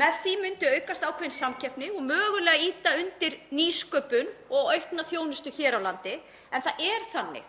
Með því myndi aukast ákveðin samkeppni og mögulega ýta undir nýsköpun og aukna þjónustu hér á landi. En það er þannig